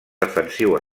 defensiu